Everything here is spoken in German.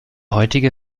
heutige